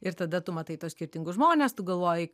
ir tada tu matai tuos skirtingus žmones tu galvoji